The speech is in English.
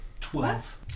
Twelve